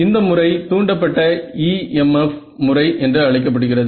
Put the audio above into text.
இந்த முறை தூண்டப் பட்ட EMF முறை என்று அழைக்கப் படுகிறது